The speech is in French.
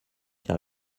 car